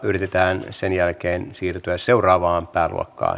yritetään sen jälkeen siirtyä seuraavaan pääluokkaan